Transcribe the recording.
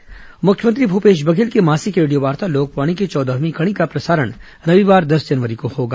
लोकवाणी मुख्यमंत्री भूपेश बघेल की मासिक रेडियोवार्ता लोकवाणी की चौदहवीं कड़ी का प्रसारण रविवार दस जनवरी को होगा